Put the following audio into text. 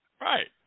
Right